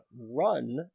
run